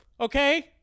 Okay